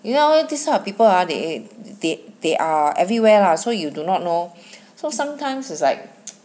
you know this kind of people ah they they they are everywhere lah so you do not know so sometimes is like